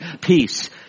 Peace